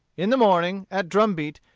in the morning, at drum-beat,